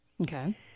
Okay